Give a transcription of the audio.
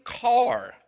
car